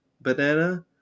banana